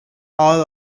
all